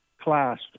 class